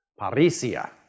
parisia